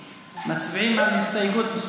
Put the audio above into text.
33. מצביעים על הסתייגות מס'